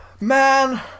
Man